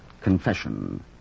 confession